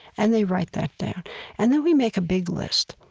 and they write that down and then we make a big list.